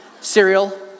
Cereal